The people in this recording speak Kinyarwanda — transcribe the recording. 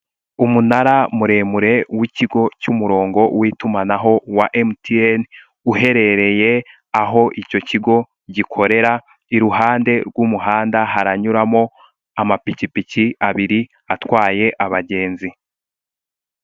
Umunara muremure w'ikigo cy'umurongo w'itumanaho wa emutiyene uherereye aho icyo kigo gikorera, iruhande rw'umuhanda haranyuramo amapikipiki abiri atwaye abagenzi.